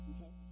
Okay